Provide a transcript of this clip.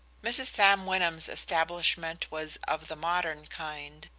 mrs. sam wyndham's establishment was of the modern kind,